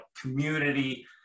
community